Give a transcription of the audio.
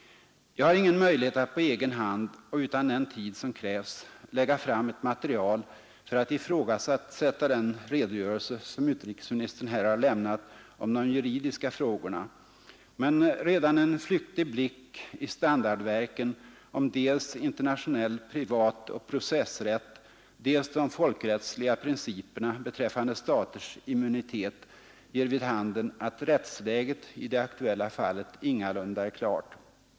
Jag har ingen möjlighet att på egen hand och utan den tid som krävs lägga fram ett material för att ifrågasätta den redogörelse som utrikesministern här har lämnat om de juridiska frågorna. Men redan en flyktig blick i standardverken om dels internationell privatoch processrätt, dels de folkrättsliga principerna beträffande staters immunitet ger vid handen att rättsläget i det aktuella fallet ingalunda är klart.